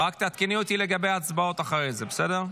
רק תעדכני אותי לגבי ההצבעות אחרי זה, בסדר?